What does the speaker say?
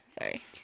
sorry